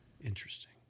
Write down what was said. Interesting